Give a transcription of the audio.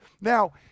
Now